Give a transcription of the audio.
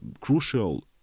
crucial